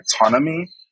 autonomy